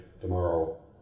tomorrow